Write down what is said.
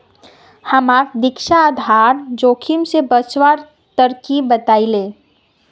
हमाक दीक्षा आधार जोखिम स बचवार तरकीब बतइ ले